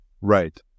Right